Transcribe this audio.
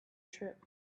trip